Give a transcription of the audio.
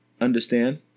understand